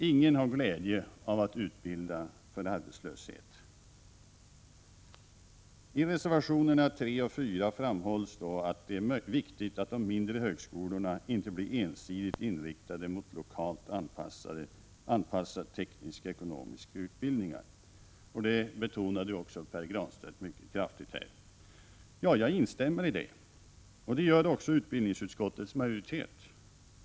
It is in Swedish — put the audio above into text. Ingen har glädje av att utbilda för arbetslöshet. I reservationerna 3 och 4 framhålls att det är viktigt att de mindre högskolorna inte blir ensidigt inriktade mot lokalt anpassade tekniskekonomiska utbildningar. Det betonade också Pär Granstedt mycket kraftigt i sitt inlägg. Jag instämmer i det. Det gör också utbildningsutskottets majoritet.